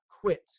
quit